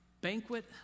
banquet